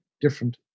different